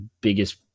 biggest